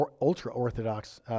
ultra-Orthodox